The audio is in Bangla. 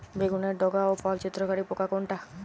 বেগুনের ডগা ও ফল ছিদ্রকারী পোকা কোনটা?